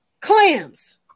clams